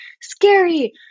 scary